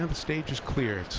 and stage is clear.